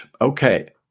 Okay